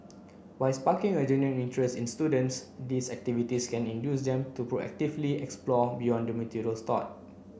by sparking a genuine interest in students these activities can induce them to proactively explore beyond the materials taught